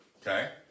Okay